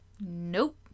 Nope